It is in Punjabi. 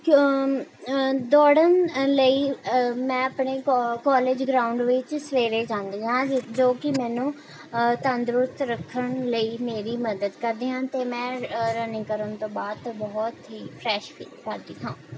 ਦੌੜਨ ਲਈ ਮੈਂ ਆਪਣੇ ਕੋਲੇਜ ਗਰਾਊਂਡ ਵਿੱਚ ਸਵੇਰੇ ਜਾਂਦੀ ਹਾਂ ਜੋ ਕਿ ਮੈਨੂੰ ਤੰਦਰੁਸਤ ਰੱਖਣ ਲਈ ਮੇਰੀ ਮਦਦ ਕਰਦੇ ਹਨ ਅਤੇ ਮੈਂ ਰਨਿੰਗ ਕਰਨ ਤੋਂ ਬਾਅਦ ਬਹੁਤ ਹੀ ਫਰੈੱਸ ਫੀਲ ਕਰਦੀ ਹਾਂ